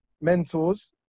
mentors